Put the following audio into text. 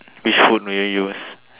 which food will you use